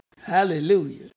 Hallelujah